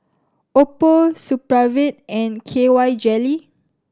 Oppo Supravit and K Y Jelly